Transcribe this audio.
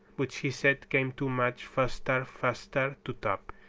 which he said came too much faster faster to top.